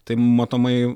tai matomai